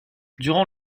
durant